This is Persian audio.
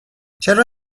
چرا